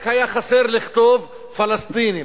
רק היה חסר לכתוב "פלסטינים",